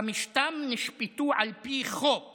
חמשתם נשפטו על פי חוק